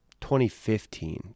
2015